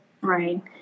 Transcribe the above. Right